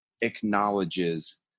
acknowledges